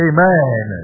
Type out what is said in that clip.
Amen